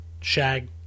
Shag